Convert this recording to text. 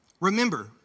Remember